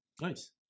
nice